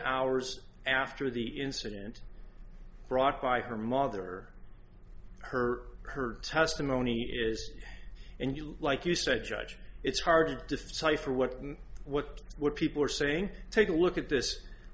hours after the incident brought by her mother her her testimony and you like you said judge it's hard to decipher what what people are saying take a look at this this